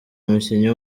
umukinnyi